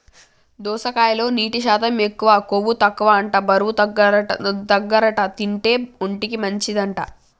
దోసకాయలో నీటి శాతం ఎక్కువ, కొవ్వు తక్కువ అంట బరువు తగ్గుతారట తింటే, ఒంటికి మంచి అంట